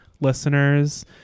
listeners